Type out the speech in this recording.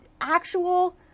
actual